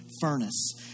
furnace